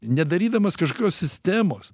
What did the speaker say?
nedarydamas kažkokios sistemos